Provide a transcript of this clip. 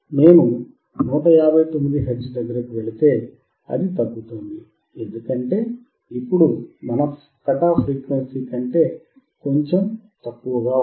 నేను 159 హెర్ట్జ్ దగ్గరకు వెళితే అది తగ్గుతోంది ఎందుకంటే ఇప్పుడు ఇది మన కట్ ఆఫ్ ఫ్రీక్వెన్సీ కంటే కొంచెం తక్కువగా ఉంది